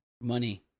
money